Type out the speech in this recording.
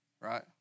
right